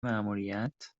ماموریت